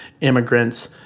immigrants